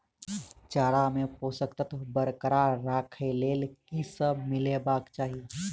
चारा मे पोसक तत्व बरकरार राखै लेल की सब मिलेबाक चाहि?